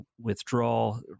withdrawal